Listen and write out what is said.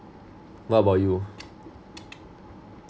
what about you